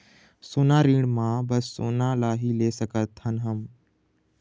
सोना ऋण मा बस सोना ला ही ले सकत हन हम?